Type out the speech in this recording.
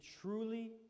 truly